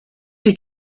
die